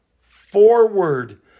forward